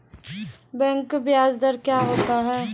Bank का ब्याज दर क्या होता हैं?